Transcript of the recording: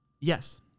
Yes